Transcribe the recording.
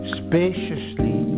spaciously